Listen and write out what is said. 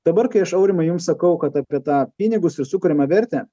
dabar kai aš aurimai jums sakau kad apie tą pinigus ir sukuriamą vertę